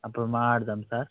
అప్పుడు మాట్లాడదాం సార్